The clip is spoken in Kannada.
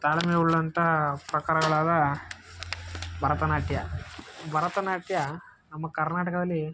ತಾಳ್ಮೆ ಉಳ್ಳಂಥ ಪ್ರಕಾರಗಳಾದ ಭರತನಾಟ್ಯ ಭರತನಾಟ್ಯ ನಮ್ಮ ಕರ್ನಾಟಕದಲ್ಲಿ